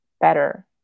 better